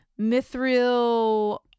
mithril